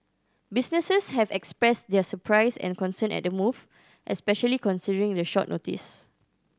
businesses have expressed their surprise and concern at the move especially considering the short notice